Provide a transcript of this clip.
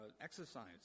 exercise